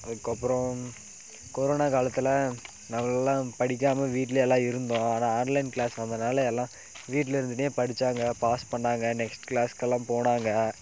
அதுக்கு அப்புறம் கொரோனா காலத்தில் நல்லா படிக்காமல் வீட்டுலேயே எல்லாம் இருந்தோம் ஆனால் ஆன்லைன் கிளாஸ் வந்ததினால எல்லாம் வீட்டில் இருந்துகிட்டே படித்தாங்க பாஸ் பண்ணாங்க நெக்ஸ்ட் கிளாஸ்க்கெல்லாம் போனாங்க